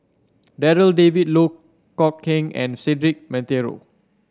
Darryl David Loh Kok Heng and Cedric Monteiro